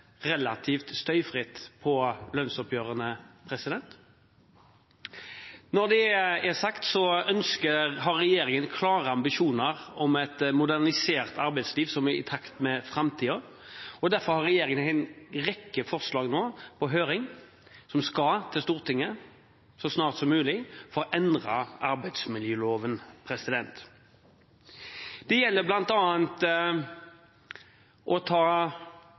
relativt støyfritt rundt lønnsoppgjørene. Når det er sagt, har regjeringen klare ambisjoner om et modernisert arbeidsliv som er i takt med framtiden. Derfor har regjeringen nå en rekke forslag på høring som skal til Stortinget så snart som mulig, for å endre arbeidsmiljøloven. Det gjelder bl.a. å ta